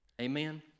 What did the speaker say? Amen